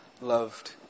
loved